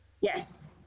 Yes